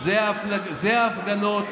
זה השתולים ששלחתם אלה ההפגנות.